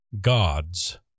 gods